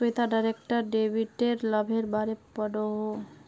Shweta direct डेबिटेर लाभेर बारे पढ़ोहो